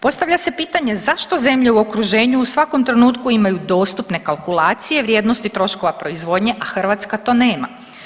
Postavlja se pitanje zašto zemlje u okruženju u svakom trenutku imaju dostupne kalkulacije vrijednosti troškova proizvodnje, a Hrvatska to nema.